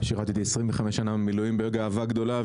שירתי 25 שנה במילואים בגאווה גדולה,